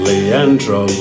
Leandro